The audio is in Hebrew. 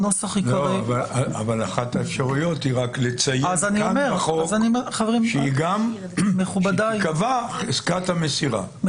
אבל אחת האפשרויות היא לציין כאן בחוק שתיקבע חזקת המסירה,